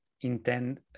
intend